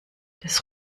das